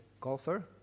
golfer